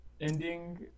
ending